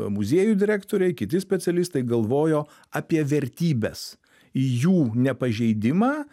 muziejų direktoriai kiti specialistai galvojo apie vertybes jų nepažeidimą